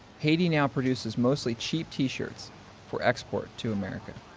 haiti now produces mostly cheap t-shirts for export to america.